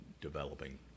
developing